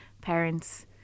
parents